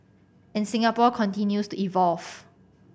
and Singapore continues to evolve